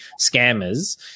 scammers